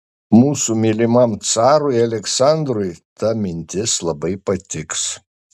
mūsų mylimam carui aleksandrui ta mintis labai patiks